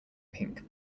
pink